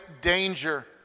danger